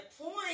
point